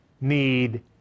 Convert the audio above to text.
need